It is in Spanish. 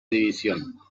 división